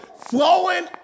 flowing